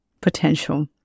potential